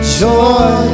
joy